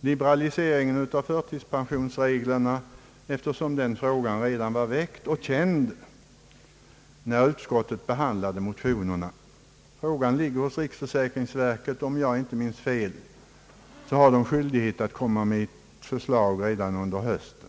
liberalisering av förtidspensionsreglerna, eftersom den frågan redan var väckt och känd när utskottet behandlade motionerna. Frågan ligger hos riksförsäkringsverket, och om jag inte minns fel har det skyldighet att lägga fram ett förslag redan till hösten.